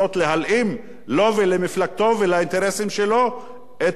לו ולמפלגתו ולאינטרסים שלו את ערוצי התקשורת.